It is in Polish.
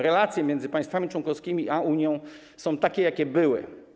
Relacje między państwami członkowskimi a Unią są takie, jakie były.